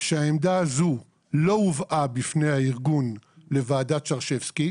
שהעמדה הזו לא הובאה בפני הארגון לוועדת שרשבסקי,